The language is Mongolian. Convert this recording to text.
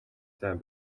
сайн